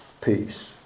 peace